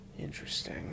Interesting